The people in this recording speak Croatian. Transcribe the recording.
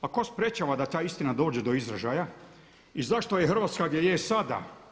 Pa tko sprječava da ta istina dođe do izražaja i zašto je Hrvatska gdje je sada?